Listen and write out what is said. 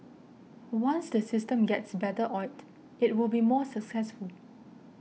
once the system gets better oiled it will be more successful